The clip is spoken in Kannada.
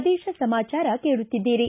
ಪ್ರದೇಶ ಸಮಾಚಾರ ಕೇಳುತ್ತಿದ್ದೀರಿ